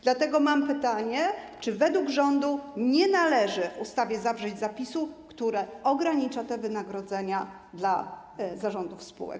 Dlatego mam pytanie: Czy według rządu nie należy w ustawie zawrzeć zapisu, który ogranicza te wynagrodzenia dla członków zarządów spółek?